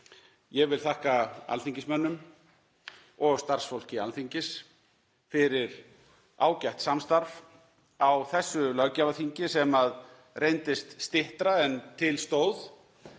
Ég vil þakka alþingismönnum og starfsfólki Alþingis fyrir ágætt samstarf á þessu löggjafarþingi sem reyndist styttra en til stóð.